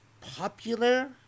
popular